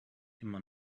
immer